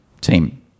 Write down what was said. team